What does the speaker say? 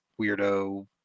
weirdo